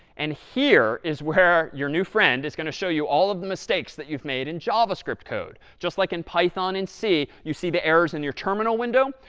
and here is where your new friend is going to show you all of the mistakes that you've made in javascript code. just like in python and c, you see the errors in your terminal window.